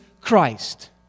Christ